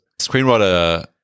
screenwriter